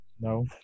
No